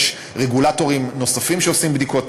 יש רגולטורים נוספים שעושים בדיקות.